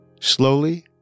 Slowly